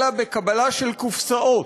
אלא בקבלה של קופסאות.